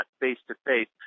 face-to-face